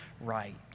right